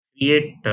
create